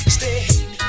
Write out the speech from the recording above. Stay